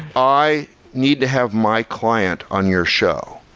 i need to have my client on your show,